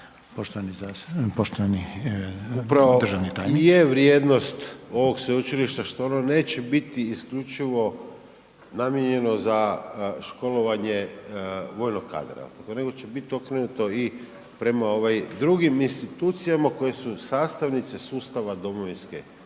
Poštovani državni tajnik.